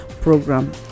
program